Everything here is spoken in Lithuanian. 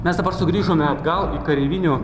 mes dabar sugrįžome atgal į kareivinių